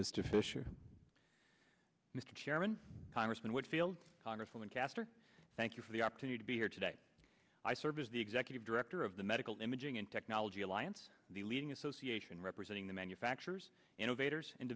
mr fisher mr chairman congressman whitfield congresswoman castor thank you for the opportunity to be here today i serve as the executive director of the medical imaging and technology alliance the leading association representing the manufacturers innovators and